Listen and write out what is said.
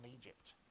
Egypt